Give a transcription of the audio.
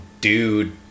dude